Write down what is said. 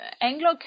Anglo